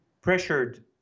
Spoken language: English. pressured